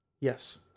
Yes